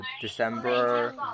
December